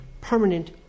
permanent